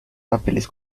papeles